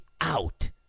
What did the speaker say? out